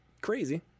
crazy